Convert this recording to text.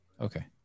Okay